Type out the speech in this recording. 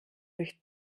durch